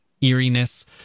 eeriness